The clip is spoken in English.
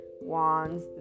wands